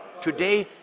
Today